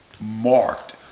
marked